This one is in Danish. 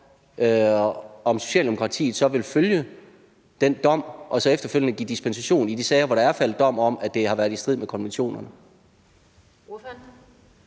at Socialdemokratiet vil følge den dom og efterfølgende give dispensation i de sager, hvor der er faldet dom, om, at det har været i strid med konventionerne. Kl.